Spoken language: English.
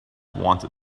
wanted